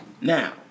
Now